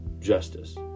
justice